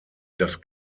das